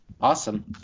Awesome